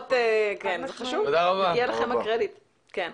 לכם קרדיט, זה חשוב.